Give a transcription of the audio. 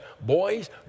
boys